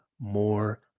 more